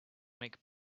make